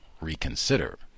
reconsider